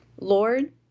Lord